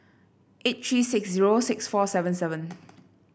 eight three six zero six four seven seven